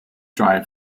drive